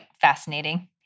fascinating